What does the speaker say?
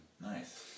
Nice